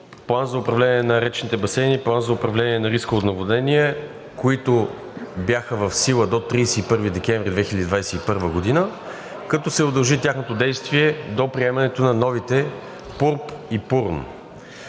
План за управление на речните басейни, План за управление на риска от наводнения, които бяха в сила до 31 декември 2021 г., като се удължи тяхното действие до приемането на новите ПУРБ и ПУРН.